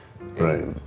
Right